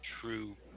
true